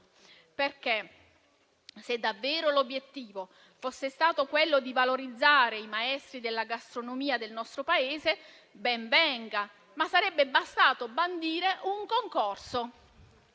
Se davvero l'obiettivo fosse stato quello di valorizzare i maestri della gastronomia del nostro Paese, ben venga, ma sarebbe bastato bandire un concorso.